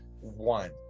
one